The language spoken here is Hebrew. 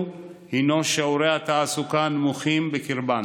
הוא שיעורי התעסוקה הנמוכים בקרבן.